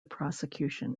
prosecution